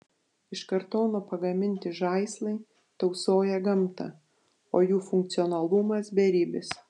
iš kartono pagaminti žaislai tausoja gamtą o jų funkcionalumas beribis